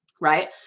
right